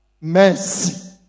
Mercy